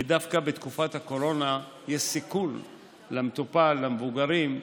ודווקא בתקופת הקורונה יש סיכון למטופל, למבוגרים,